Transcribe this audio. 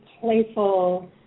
playful